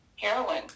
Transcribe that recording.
heroin